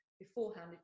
beforehand